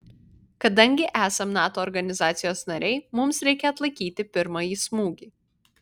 kadangi esam nato organizacijos nariai mums reikia atlaikyti pirmąjį smūgį